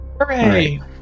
Hooray